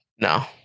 No